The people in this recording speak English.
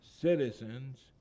citizens